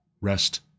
rest